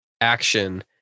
action